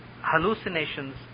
hallucinations